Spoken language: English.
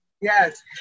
Yes